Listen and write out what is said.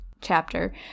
chapter